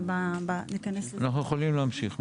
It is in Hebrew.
אנחנו יכולים להמשיך.